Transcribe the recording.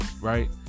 Right